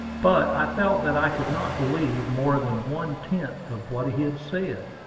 but i felt that i could not believe more than one-tenth of what he had said.